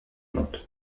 monde